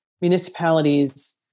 municipalities